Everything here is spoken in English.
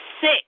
sick